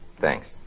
Thanks